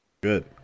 Good